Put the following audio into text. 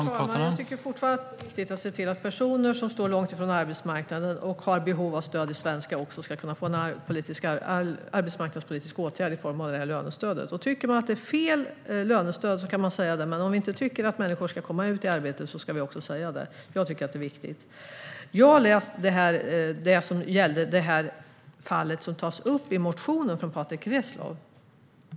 Herr talman! Jag tycker fortfarande att det är viktigt att se till att personer som står långt från arbetsmarknaden och har behov av stöd i svenska också ska få tillgång till en arbetsmarknadspolitisk åtgärd i form av lönestöd. Om man tycker att lönestödet är fel kan man säga det, och om man inte tycker att människor ska komma ut i arbete ska man också säga det. Jag tycker att det är viktigt. Jag har läst om fallet som tas upp i motionen från Patrick Reslow.